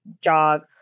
jog